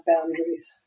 boundaries